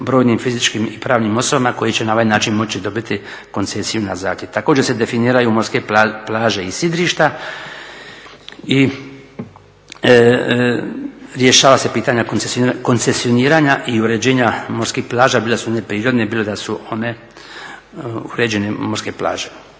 brojnim fizičkim i pravnim osobama koje će na ovaj način moći dobiti koncesiju na zahtjev. Također se definiraju morske plaže i sidrišta i rješava se pitanje koncesioniranja i uređenja morskih plaža bilo da su one prirodne bilo da su one uređene morske plaže.